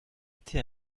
ete